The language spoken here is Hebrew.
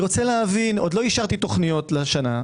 עוד לא אישרתי תוכניות לשנה.